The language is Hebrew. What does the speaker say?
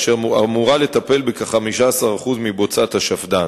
אשר אמורה לטפל בכ-15% מבוצת השפד"ן.